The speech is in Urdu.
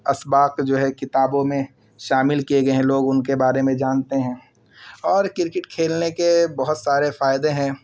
اسباق جو ہے کتابوں میں شامل کیے گئے ہیں لوگ ان کے بارے میں جانتے ہیں اور کرکٹ کھیلنے کے بہت سارے فائدے ہیں